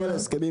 מאה אחוז.